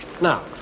now